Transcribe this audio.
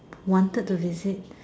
wanted to visit